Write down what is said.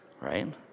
right